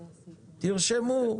תרשמו.